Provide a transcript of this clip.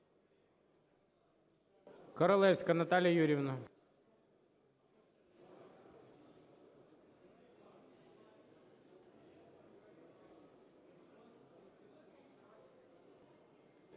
Королевська Наталія Юріївна.